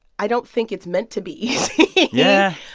i don't think it's meant to be easy yeah,